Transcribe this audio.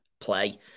play